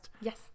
Yes